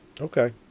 Okay